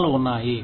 సూత్రాలు ఉన్నాయి